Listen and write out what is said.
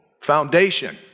foundation